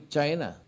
China